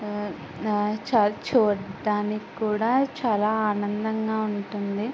చాలా చూడ్డానికి కూడా చాలా ఆనందంగా ఉంటుంది